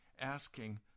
asking